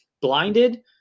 blinded